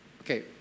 Okay